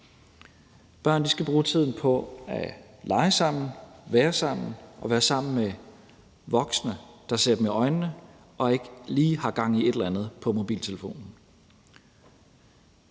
Børn skal bruge tiden på at lege sammen, være sammen og være sammen med voksne, der ser dem i øjnene og ikke lige har gang i et eller andet på mobiltelefonen.